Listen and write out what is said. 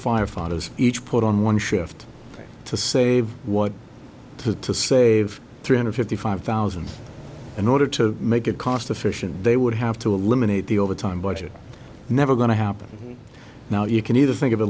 firefighters each put on one shift to save what to to save three hundred fifty five thousand an order to make it cost efficient they would have to eliminate the overtime budget never going to happen now you can either think of a